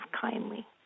kindly